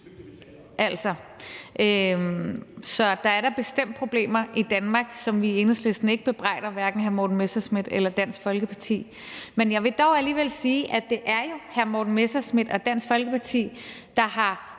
Så der er da bestemt problemer i Danmark, som vi i Enhedslisten hverken bebrejder hr. Morten Messerschmidt eller Dansk Folkeparti. Men jeg vil dog alligevel sige, at det jo er hr. Morten Messerschmidt og Dansk Folkeparti, der har